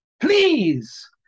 Please